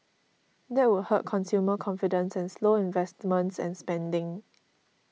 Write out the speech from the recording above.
that would hurt consumer confidence and slow investments and spending